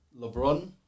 LeBron